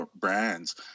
brands